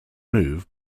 move